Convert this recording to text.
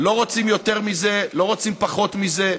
לא רוצים יותר מזה, לא רוצים פחות מזה.